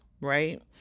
right